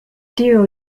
dear